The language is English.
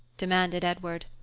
demanded edward.